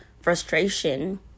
frustration